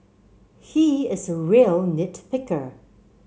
he is a real nit picker